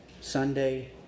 Sunday